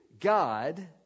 God